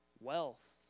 wealth